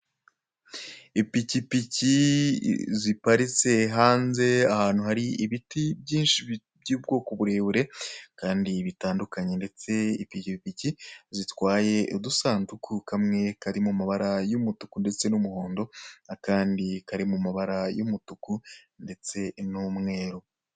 Ipikipiki ziparitse hanze ahantu hari ibiti byinshi by'ubwoko burebure kandi butandukanye, ndetse ipikipiki ziitwaye udusanduku kamwe kari mu mabara y'umutuku ndetse n'umuhondo, akandi kari mu mabara y'umutuku ndetse n'umweru.